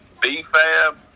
B-Fab